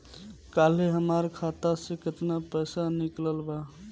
काल्हे हमार खाता से केतना पैसा निकलल बा?